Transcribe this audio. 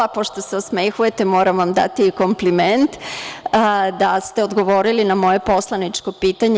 Pošto se osmehujete, moram vam dati kompliment da ste odgovorili na moje poslaničko pitanje.